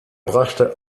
brachte